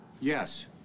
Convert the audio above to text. yes